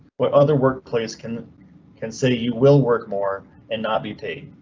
but other workplace can consider you will work more and not be paid.